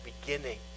beginning